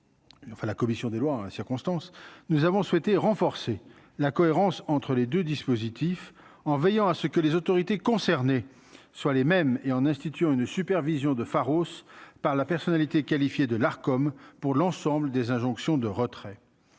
enfin, la commission des lois circonstances nous avons souhaité renforcer la cohérence entre les 2 dispositifs en veillant à ce que les autorités concernées, soit les mêmes et en instituant une supervision de Pharos par la personnalité qualifiée de l'art, comme pour l'ensemble des injonctions de retrait,